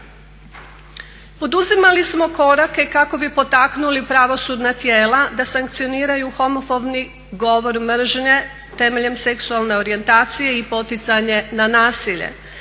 Poduzimali smo korake kako bi potaknuli pravosudna tijela da sankcioniraju homofobni govor mržnje, temeljem seksualne orijentacije i poticanje na nasilje.